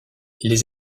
les